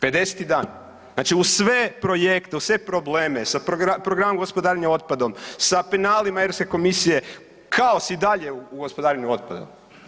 50. dan, znači uz sve projekte, uz sve probleme, sa programom gospodarenja otpadom, sa penalima EU komisije, kaos i dalje u gospodarenju otpadom.